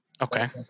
Okay